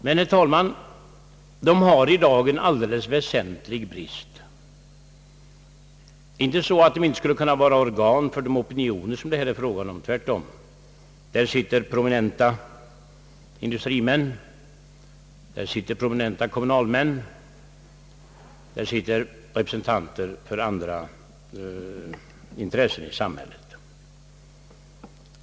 Men, herr talman, planeringsråden har i dag en väsentlig brist. Det är dock inte så att de inte skulle kunna vara organ för de opinioner som det här är fråga om; tvärtom. Där sitter prominenta industrimän, där sitter prominenta kommunalmän, där sitter representanter för andra intressen i samhället.